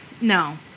no